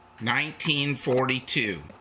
1942